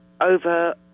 over